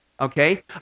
Okay